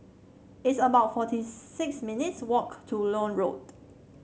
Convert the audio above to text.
it's about forty six minutes' walk to Lloyd Road